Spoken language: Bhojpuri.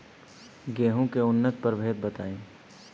गेंहू के उन्नत प्रभेद बताई?